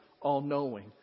all-knowing